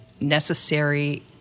necessary